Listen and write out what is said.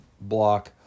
block